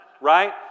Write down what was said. right